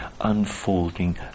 unfolding